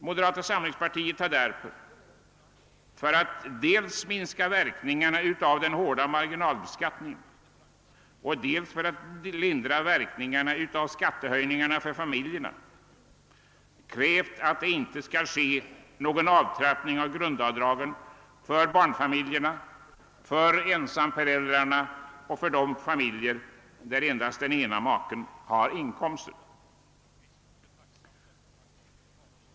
Moderata samlingspartiet har för att dels minska verkningarna av den hårda marginalbeskattningen och dels lindra verkningarna av skattehöjningarna för familjerna i reservation 5 krävt, att det inte skall ske någon avtrappning av grundavdragen för barnfamiljerna, för ensamföräldrarna och för de familjer, där endast den ena maken har inkomst.